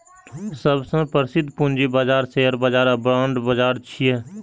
सबसं प्रसिद्ध पूंजी बाजार शेयर बाजार आ बांड बाजार छियै